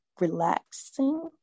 relaxing